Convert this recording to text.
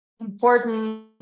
important